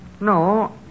No